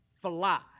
fly